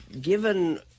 given